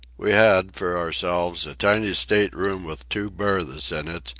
we had, for ourselves, a tiny state-room with two berths in it,